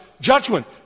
judgment